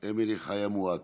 אמילי חיה מואטי.